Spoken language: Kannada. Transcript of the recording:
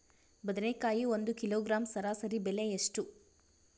ಬದನೆಕಾಯಿ ಒಂದು ಕಿಲೋಗ್ರಾಂ ಸರಾಸರಿ ಬೆಲೆ ಎಷ್ಟು?